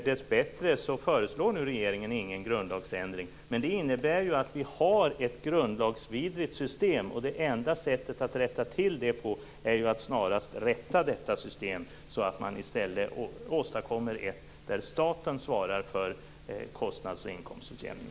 Dessbättre föreslår regeringen nu ingen grundlagsändring, men det här innebär ju att vi har ett grundlagsvidrigt system. Det enda sättet att rätta till det är att snarast i stället åstadkomma ett system där staten svarar för kostnads och inkomstutjämning.